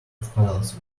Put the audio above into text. files